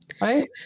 right